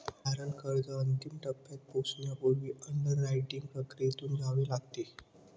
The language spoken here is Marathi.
तारण अर्ज अंतिम टप्प्यात पोहोचण्यापूर्वी अंडररायटिंग प्रक्रियेतून जावे लागते